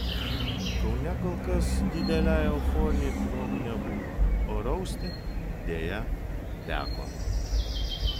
kaune kol kas didelei euforijai progų nebuvo o rausti deja teko